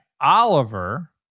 Oliver